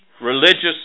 religious